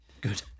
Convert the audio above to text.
good